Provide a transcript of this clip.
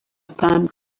palm